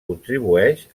contribueix